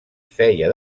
feia